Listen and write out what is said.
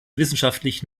wissenschaftlich